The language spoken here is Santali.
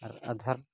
ᱟᱨ ᱟᱫᱷᱟᱨ